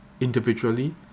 individually